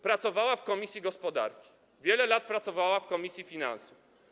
Pracowała w komisji gospodarki, wiele lat pracowała w komisji finansów.